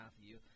Matthew